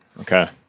Okay